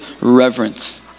reverence